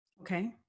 okay